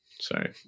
Sorry